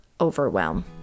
overwhelm